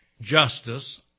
justice